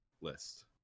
list